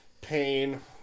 Pain